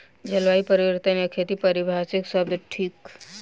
जलवायु परिवर्तन आ खेती पारिभाषिक शब्द थिक